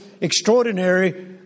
extraordinary